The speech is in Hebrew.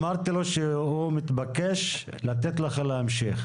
אמרתי לו שהוא מתבקש לתת לך להמשיך.